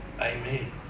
Amen